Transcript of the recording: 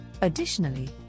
Additionally